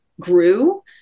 grew